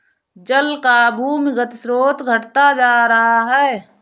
जल का भूमिगत स्रोत घटता जा रहा है